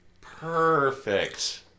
Perfect